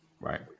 Right